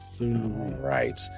right